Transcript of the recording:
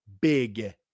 big